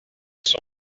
son